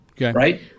Right